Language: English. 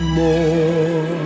more